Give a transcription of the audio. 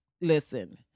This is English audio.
listen